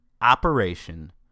Operation